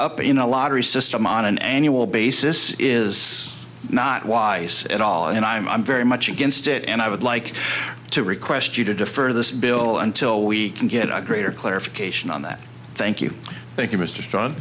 up in a lottery system on an annual basis is not wise at all and i'm i'm very much against it and i would like to request you to defer this bill until we can get a greater clarification on that thank you thank you m